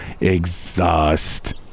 exhaust